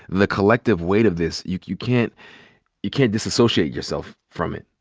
the collective weight of this, you can't you can't disassociate yourself from it.